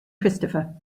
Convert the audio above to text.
christopher